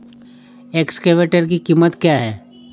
Excavator की कीमत क्या है?